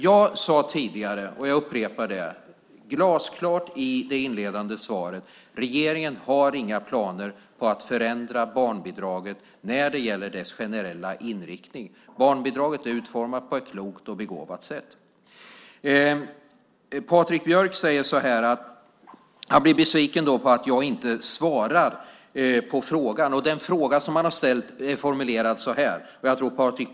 Jag sade tidigare, och jag upprepar det: Regeringen har inga planer på att förändra barnbidraget när det gäller dess generella inriktning. Det var glasklart i det inledande svaret. Barnbidraget är utformat på ett klokt och begåvat sätt. Patrik Björck blir besviken på att jag inte svarar på frågan, och jag tror att Patrik Björck känner igen den om jag läser den högt.